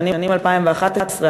בשנים 2011,